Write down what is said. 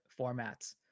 formats